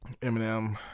Eminem